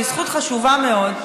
שהיא זכות חשובה מאוד,